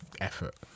effort